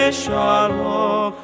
shalom